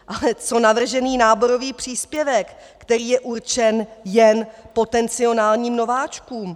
Ale co navržený náborový příspěvek, který je určen jen potenciálním nováčkům?